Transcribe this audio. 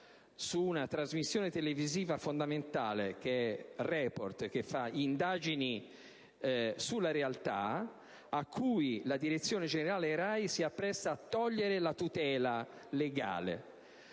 su una trasmissione televisiva fondamentale, «Report», che conduce indagini sulla realtà, a cui la direzione generale RAI si appresta a togliere la tutela legale.